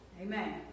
Amen